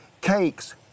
cakes